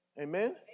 Amen